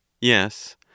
Yes